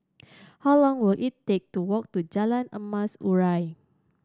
how long will it take to walk to Jalan Emas Urai